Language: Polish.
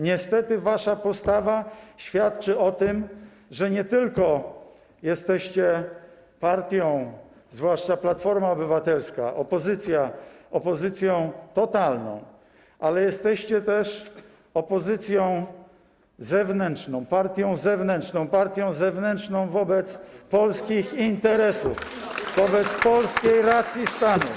Niestety wasza postawa świadczy o tym, że nie tylko jesteście partią - zwłaszcza Platforma Obywatelska, opozycja - opozycją totalną, ale jesteście też opozycją zewnętrzną, partią zewnętrzną, partią zewnętrzną wobec polskich interesów, wobec polskiej racji stanu.